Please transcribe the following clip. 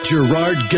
Gerard